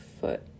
foot